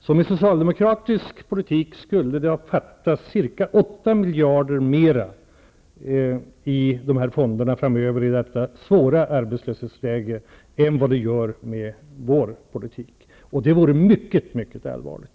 Med en socialdemokratisk politik skulle det, i ett så svårt arbetslöshetsläge som det vi nu har, ha va rit så, att ca 8 miljarder mera skulle ha fattats i de här fonderna framöver i jämförelse med vad som är fallet med vår politik. Det skulle ha varit myck etallvarligt.